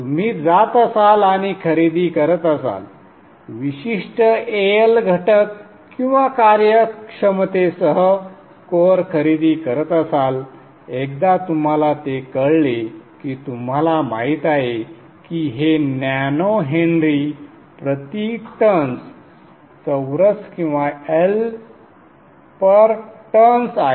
तुम्ही जात असाल आणि खरेदी करत असाल विशिष्ट AL घटक किंवा कार्यक्षमतेसह कोअर खरेदी करत असाल एकदा तुम्हाला ते कळले की तुम्हाला माहीत आहे की हे नॅनो हेन्री प्रति टर्न्स संदर्भ वेळ 1153 चौरस किंवा Lटर्न्स आहे